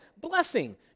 blessing